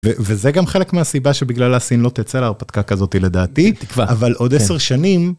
וזה גם חלק מהסיבה שבגללה סין לא תצא להרפתקה כזאתי לדעתי, אבל עוד עשר שנים.